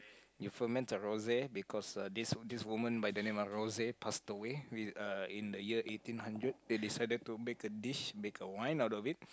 you ferment a rose because uh this this women by the name of rose passed away uh in the year eighteen hundred they decided to make a dish make a wine out of it